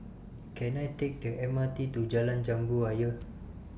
Can I Take The M R T to Jalan Jambu Ayer